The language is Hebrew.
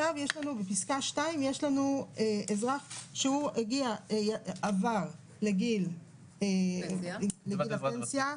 בפסקה (2) יש לנו אזרח שעבר לגיל הפנסיה,